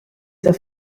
the